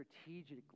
strategically